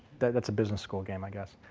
that's a business score game, i guess.